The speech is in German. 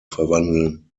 verwandeln